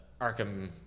Arkham